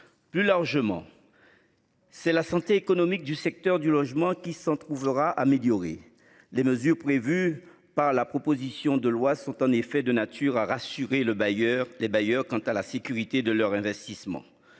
Plus largement. C'est la santé économique du secteur du logement, qu'il s'en trouvera améliorée. Les mesures prévues par la proposition de loi sont en effet de nature à rassurer le bailleur des bailleurs quant à la sécurité de leur investissement.